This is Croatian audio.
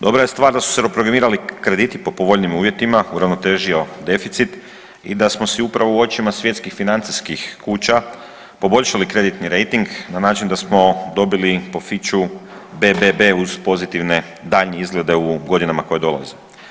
Dobra je stvar da su se reprogramirali krediti po povoljnijim uvjetima, uravnotežio deficit i da smo si upravo u očima svjetskih financijskih kuća poboljšali kreditni rejting na način da smo dobili po … [[govorni se ne razumije]] BBB uz pozitivne daljnje izglede u godinama koje dolaze.